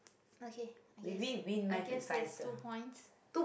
okay i guess i guess there's two points